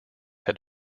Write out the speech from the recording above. had